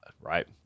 right